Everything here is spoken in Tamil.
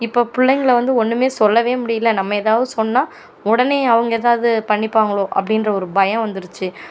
இப்போ பிள்ளைங்கள வந்து ஒன்றுமே சொல்ல முடியலை நம்ம ஏதாவது சொன்னால் உடனே அவங்க ஏதாவது பண்ணிப்பாங்களோ அப்படின்ற ஒரு பயம் வந்துடுச்சு